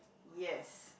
yes